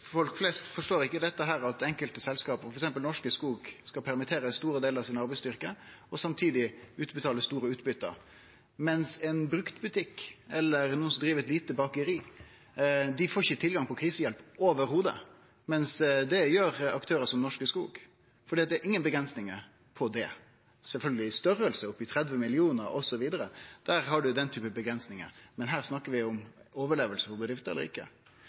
folk flest forstår at enkelte selskap, f.eks. Norske Skog, skal permittere store delar av arbeidsstyrken og samtidig utbetale store utbyte. Ein bruktbutikk eller nokon som driv eit lite bakeri, får ikkje tilgang på krisehjelp i det heile, mens det gjer aktørar som Norske Skog, for det er ingen grenser for det. Sjølvsagt, i størrelsar opp til 30 mill. kr osv. har ein den typen grenser, men her snakkar vi om overleving eller ikkje for